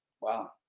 Wow